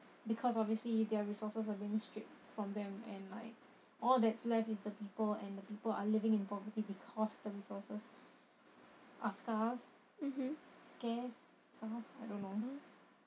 because obviously their resources are being stripped from them and like all that's left is the people and the people are living in poverty because the resources are scarce mmhmm scares I don't know